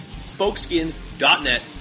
spokeskins.net